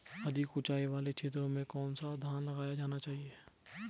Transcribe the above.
अधिक उँचाई वाले क्षेत्रों में कौन सा धान लगाया जाना चाहिए?